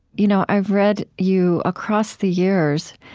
you know, i've read you across the years.